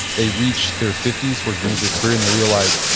they reach their fifty s towards the end of their career and they realize,